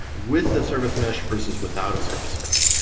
with a service mesh versus without a service mesh.